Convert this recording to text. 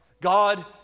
God